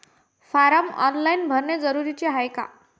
Form online भरने जरुरीचे हाय का?